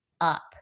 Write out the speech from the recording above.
up